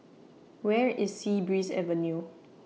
Where IS Sea Breeze Avenue